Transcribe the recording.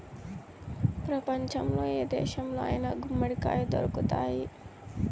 ప్రపంచంలో ఏ దేశంలో అయినా గుమ్మడికాయ దొరుకుతాయి